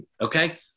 Okay